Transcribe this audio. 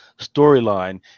storyline